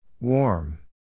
Warm